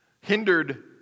hindered